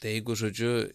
tai jeigu žodžiu